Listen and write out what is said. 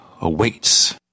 awaits